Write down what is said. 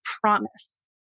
promise